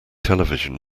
television